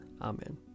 Amen